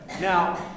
Now